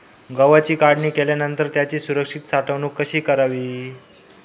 गव्हाची काढणी केल्यानंतर त्याची सुरक्षित साठवणूक कशी करावी?